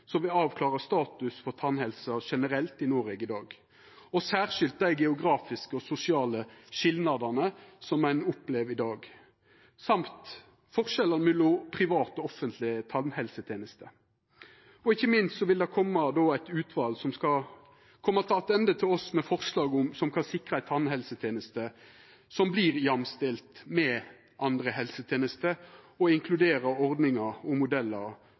som skal avklara statusen for tannhelsa generelt i Noreg, særskilt dei geografiske og sosiale skilnadane ein opplever i dag, og forskjellar mellom privat og offentleg tannhelseteneste. Ikkje minst vil det då vera eit utval som skal koma tilbake til oss med forslag som kan sikra ei tannhelseteneste som vert jamstilt med andre helsetenester, og også inkludera ordningar og modellar